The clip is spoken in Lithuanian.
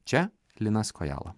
čia linas kojala